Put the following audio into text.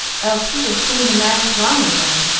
else he'd have seen to matters long ago.